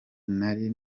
nari